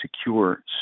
secure